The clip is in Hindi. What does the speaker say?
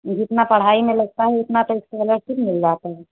जितना पढ़ाई में लगता है उतनइ तो स्कालर्सिप मिल जातइ है